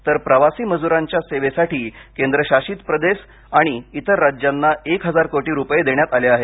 तर प्रवासी मजुरांच्या सेवेसाठी केंद्रशासित प्रदेश आणि इतर राज्यांना एक हजार कोटी रुपये देण्यात आले आहेत